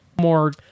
more